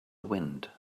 wind